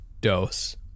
dose